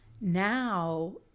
now